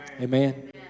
Amen